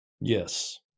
Yes